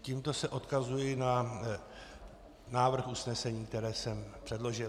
Tímto se odkazuji na návrh usnesení, které jsem předložil.